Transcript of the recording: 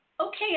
Okay